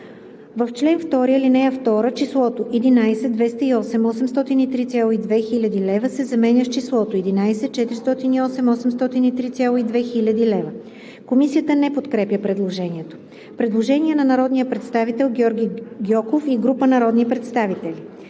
В чл. 2, ал. 2 числото „11 208 803,2 хил. лв.“ се заменя с числото „11 408 803,2 хил. лв.“. Комисията не подкрепя предложението. Предложение на народния представител Георги Гьоков и група народни представители.